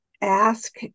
ask